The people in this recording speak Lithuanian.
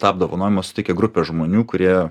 tą apdovanojimą suteikė grupė žmonių kurie